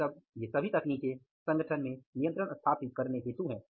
ये सब ये सभी तकनीकें संगठन में नियंत्रण स्थापित करने हेतु हैं